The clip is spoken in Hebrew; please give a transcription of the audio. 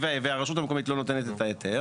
והרשות המקומית לא נותנת את ההיתר,